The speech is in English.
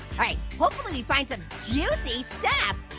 alright, hopefully we find some juicy stuff.